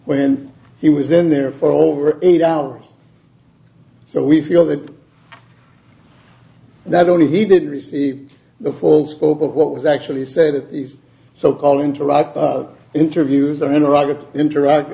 when he was in there for over eight hours so we feel that that only he didn't receive the full scope of what was actually said that these so called interact interviews are in rugged interact